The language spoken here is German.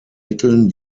mitteln